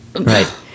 Right